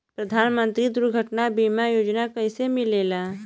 प्रधानमंत्री दुर्घटना बीमा योजना कैसे मिलेला?